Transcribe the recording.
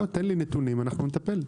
תבוא, תיתן לי נתונים ואנחנו נטפל.